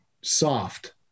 soft